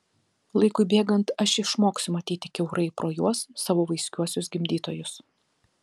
laikui bėgant aš išmoksiu matyti kiaurai pro juos savo vaiskiuosius gimdytojus